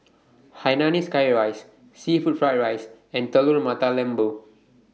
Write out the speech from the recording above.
Hainanese Curry Rice Seafood Fried Rice and Telur Mata Lembu